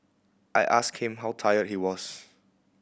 I asked him how tired he was